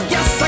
Yes